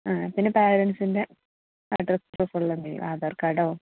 ആ പിന്നെ പാരൻസിൻ്റെ അഡ്രസ്സ് പ്രൂഫുള്ള എന്തെങ്കിലും ആധാർ കാർഡോ